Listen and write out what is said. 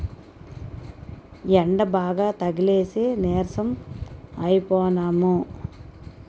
యెండబాగా తగిలేసి నీరసం అయిపోనము